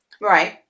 Right